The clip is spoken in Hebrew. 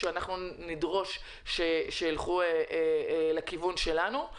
שאנחנו נדרוש שילכו לכיוון שלנו.